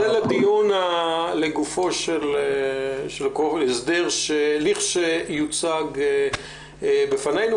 זה לדיון לגופו של ההסדר, לכשיוצג בפנינו.